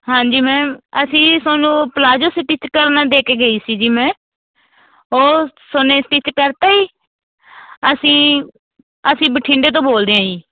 ਹਾਂਜੀ ਮੈਮ ਅਸੀਂ ਤੁਹਾਨੂੰ ਪਲਾਜੋ ਸਟਿਚ ਕਰਨਾ ਦੇ ਕੇ ਗਈ ਸੀ ਜੀ ਮੈਂ ਉਹ ਥੁਹਾਨੇ ਸਟਿਚ ਕਰਤਾ ਜੀ ਅਸੀਂ ਅਸੀਂ ਬਠਿੰਡੇ ਤੋਂ ਬੋਲਦੇ ਹਾਂ ਜੀ